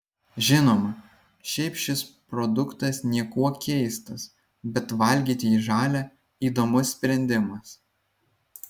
žinoma šiaip šis produktas niekuo keistas bet valgyti jį žalią įdomus sprendimas